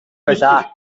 байлаа